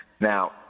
Now